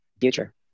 Future